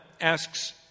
asks